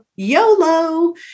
YOLO